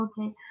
Okay